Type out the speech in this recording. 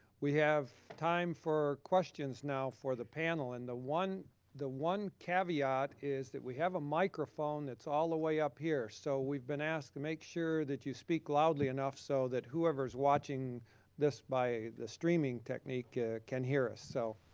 we have time for questions now for the panel and the one the one caveat is that we have a microphone that's all the way up here. so we've been asked to make sure that you speak loudly enough so that whoever is watching this by the streaming technique can hear us, so.